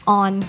on